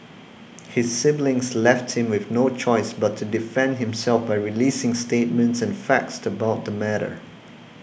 his siblings left him with no choice but to defend himself by releasing statements and facts about the matter